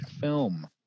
film